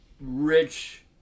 rich